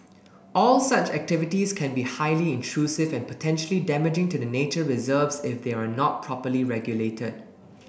all such activities can be highly intrusive and potentially damaging to the nature reserves if they are not properly regulated